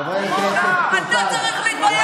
חבר הכנסת יוראי להב,